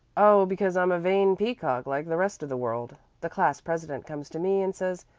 oh, because i'm a vain peacock like the rest of the world. the class president comes to me and says,